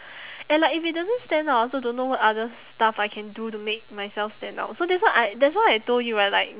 and like if it doesn't stand out I also don't know what other stuff I can do to make myself stand out so that's why I that's why I told you right like